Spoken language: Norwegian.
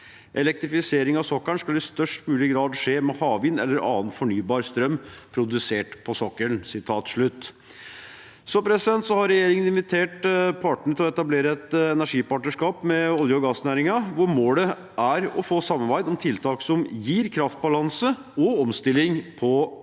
Elektrifiseringen av sokkelen skal i størst mulig grad skje med havvind eller annen fornybar strøm produsert på sokkelen.» Regjeringen har invitert partene til å etablere et energipartnerskap med olje- og gassnæringen, hvor målet er å få samarbeid om tiltak som gir kraftbalanse og omstilling på